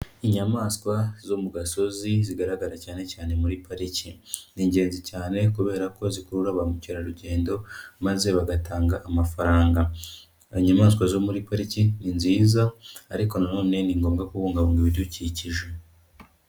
Inyamaswa zo mu gasozi zigaragara cyane cyane muri pariki, ni ingenzi cyane kubera ko zikurura ba mukerarugendo maze bagatanga amafaranga. Inyamaswa zo muri pariki ni nziza ariko nanone ni ngombwa kubungabunga ibidukikije.